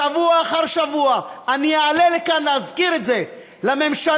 שבוע אחר שבוע אני אעלה לכאן להזכיר את זה לממשלה,